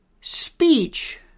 Speech